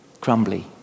crumbly